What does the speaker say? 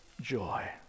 joy